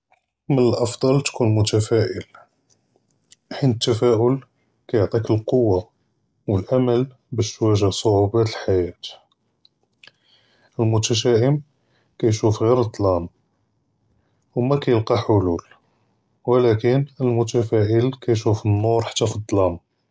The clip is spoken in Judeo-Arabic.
מִן אַלְאַפְדַל תִּכּוּן מֻתְפַאֲל חֵית אֶתְתַפְּאוּל כּיַעְטִيك אֶלְקֻוַּה וְאֶלְאֻמֶל בַּאש תְּוַאגְּה צְעוּבּּוֹת אֶלְחַיַאת, אֶלְמֻתְשַאאֵם כּיִשוּף גִּיר אֶלְצְּלַאם וּמַכֵּלְקַא חֻלוּל וּלָקִין אֶלְמֻתְפַאֲל כּיִשוּף אֶלְנוּר חַתּّى פִּי אֶלְצְּלַאם.